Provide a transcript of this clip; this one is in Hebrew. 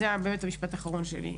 וזה המשפט האחרון שלי,